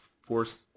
force